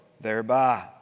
thereby